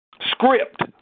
script